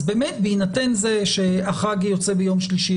אז באמת בהינתן זה שהחג יוצא ביום שלישי,